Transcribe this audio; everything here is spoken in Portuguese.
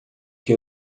que